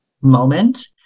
moment